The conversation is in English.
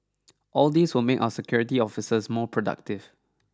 all these will make our security officers more productive